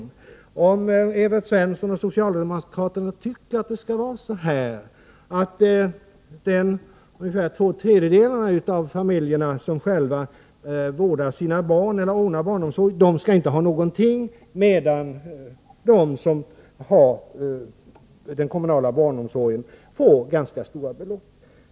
Hon undrade om Evert Svensson och socialdemokraterna tycker att det skall vara så, att de ungefär två tredjedelar av barnfamiljerna som själva vårdar sina barn eller ordnar sin barnomsorg inte skall få någonting, medan de som har kommunal barnomsorg får ganska stora belopp.